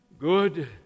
Good